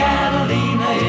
Catalina